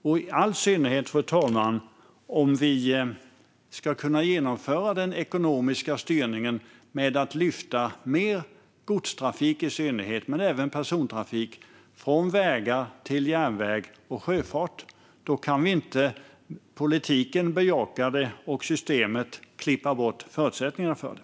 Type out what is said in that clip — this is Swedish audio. Det är det i synnerhet, fru talman, om vi ska kunna genomföra den ekonomiska styrningen mot att lyfta mer godstrafik men även persontrafik från vägar till järnväg och sjöfart. Då kan inte politiken bejaka det och systemet klippa bort förutsättningarna för det.